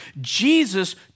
Jesus